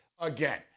again